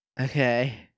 Okay